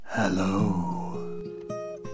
Hello